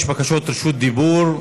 יש בקשות רשות דיבור.